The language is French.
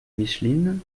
micheline